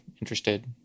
interested